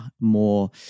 more